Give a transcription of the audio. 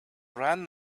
ran